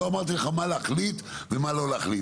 לא אמרתי לך מה להחליט ומה לא להחליט.